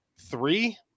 three